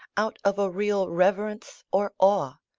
out of a real reverence or awe,